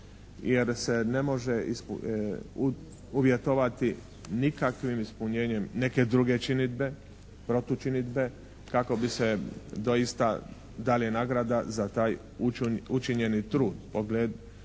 jer se ne može uvjetovati nikakvim ispunjenjem neke druge činidbe, protučinidbe kako bi se doista dala nagrada za taj učinjeni trud posebno